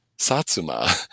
Satsuma